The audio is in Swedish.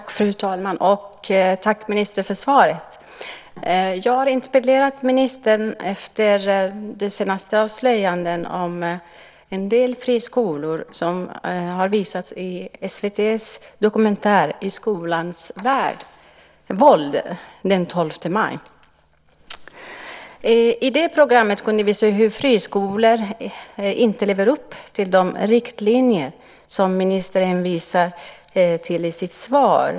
Fru talman! Tack, ministern, för svaret. Jag interpellerade ministern efter de senaste avslöjanden om en del friskolor som visades i SVT:s dokumentärfilm I skolans våld den 12 maj. I det programmet kunde man se att vissa friskolor inte lever upp till de riktlinjer som ministern hänvisar till i sitt svar.